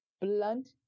blunt